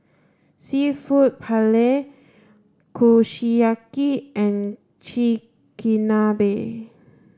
Seafood Paella Kushiyaki and Chigenabe